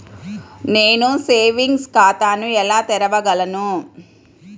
నేను సేవింగ్స్ ఖాతాను ఎలా తెరవగలను?